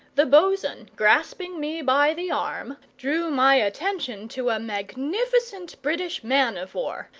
the bo'sun, grasping me by the arm, drew my attention to a magnificent british man-of-war,